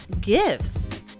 gifts